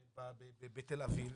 בתל-אביב,